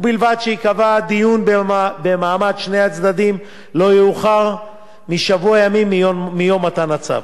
ובלבד שייקבע דיון במעמד שני הצדדים לא יאוחר משבוע ימים מיום מתן הצו.